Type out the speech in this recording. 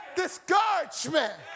discouragement